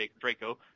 Draco